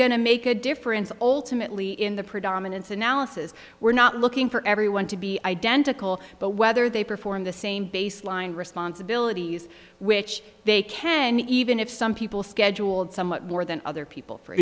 to make a difference alternately in the predominance analysis we're not looking for everyone to be identical but whether they perform the same baseline responsibilities which they can even if some people scheduled somewhat more than other people for